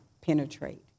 penetrate